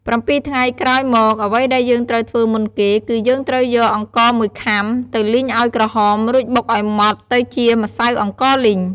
៧ថ្ងៃក្រោយមក អ្វីដែលយើងត្រូវធ្វើមុនគេ គឺយើងត្រូវយកអង្ករមួយខំា ទៅលីងឱ្យក្រហម រួចបុកឱ្យម៉ដ្ដទៅជាម្សៅអង្ករលីង។